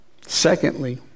Secondly